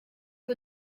que